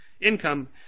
income